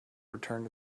returned